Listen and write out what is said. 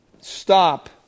stop